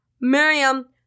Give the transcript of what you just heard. Miriam